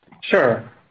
Sure